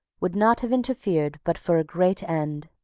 would not have interfered but for a great end.